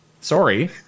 Sorry